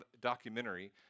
documentary